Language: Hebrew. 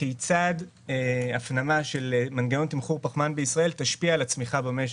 כיצד הפנמה של מנגנון תמחור פחמן בישראל תשפיע על הצמיחה במשק.